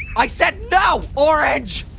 i said no, orange!